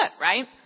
right